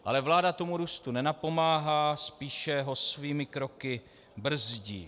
Ale vláda tomu růstu nenapomáhá, spíše ho svými kroky brzdí.